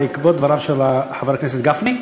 בעקבות דבריו של חבר הכנסת גפני,